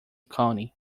county